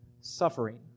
suffering